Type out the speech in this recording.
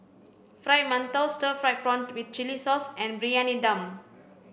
fried mantou stir fried prawn with chili sauce and briyani dum